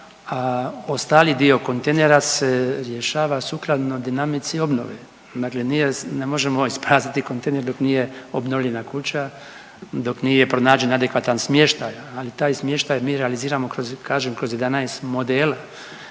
a ostali dio kontejnera se rješava sukladno dinamici obnove, dakle nije, ne možemo isprazniti kontejner dok nije obnovljena kuća, dok nije pronađen adekvatan smještaj, ali taj smještaj mi realiziramo kroz, kažem kroz 11 modela.